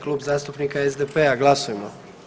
Klub zastupnika SDP-a, glasujmo.